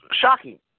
shocking